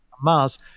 mars